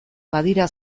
badira